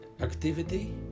activity